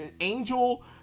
Angel